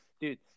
Dude